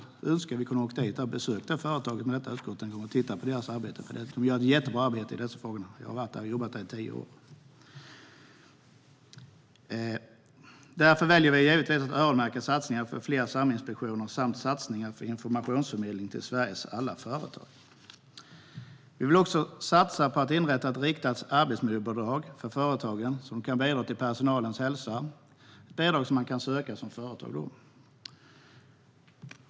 Jag hade önskat att vi i utskottet hade kunnat åka dit och besöka företaget för att titta på deras arbete, för de gör ett jättebra arbete i dessa frågor. Jag har jobbat där i tio år. Vi väljer givetvis att öronmärka satsningar på fler SAM-inspektioner samt satsningar på informationsförmedling till Sveriges alla företag. Vi vill också satsa på att inrätta ett riktat arbetsmiljöbidrag till företagen som kan bidra till personalens hälsa. Det är ett bidrag som företagen kan söka.